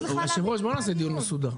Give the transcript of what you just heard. היושב ראש, בוא נעשה דיון מסודר.